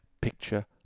picture